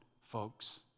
folks